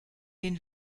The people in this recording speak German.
den